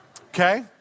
Okay